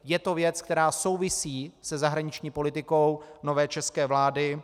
Je to věc, která souvisí se zahraniční politikou nové české vlády.